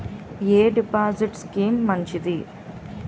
ఎ deposit scheme మంచిది?